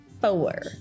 four